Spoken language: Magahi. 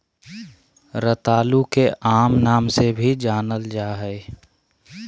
रतालू के आम नाम से भी जानल जाल जा हइ